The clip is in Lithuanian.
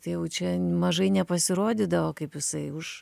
tai jau čia mažai nepasirodydavo kaip jisai už